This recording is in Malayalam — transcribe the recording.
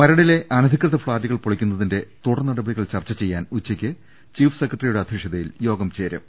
മരടിലെ അനധികൃത ഫ്ളാറ്റുകൾ പൊളിക്കുന്നതിന്റെ തുടർ നടപടികൾ ചർച്ച ചെയ്യാൻ ഉച്ചയ്ക്ക് ചീഫ് സെക്രട്ടറിയുടെ അധ്യക്ഷതയിൽ യോഗം ചേരും